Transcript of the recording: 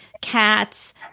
cats